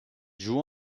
joue